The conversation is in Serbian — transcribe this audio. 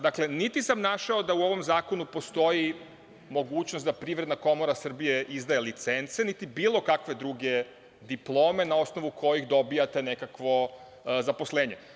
Dakle, niti sam našao da u ovom zakonu postoji mogućnost da Privredna komora Srbije izdaje licence, niti bilo kakve druge diplome na osnovu kojih dobijate nekakvo zaposlenje.